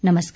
नमस्कार